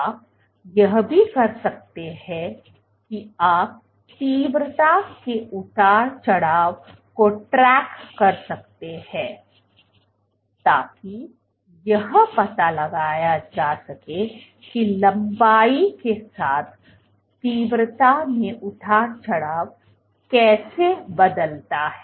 आप यह भी कर सकते हैं कि आप तीव्रता के उतार चढ़ाव को ट्रैक कर सकते हैं ताकि यह पता लगाया जा सके कि लंबाई के साथ तीव्रता में उतार चढ़ाव कैसे बदलता है